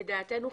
לדעתנו,